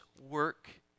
work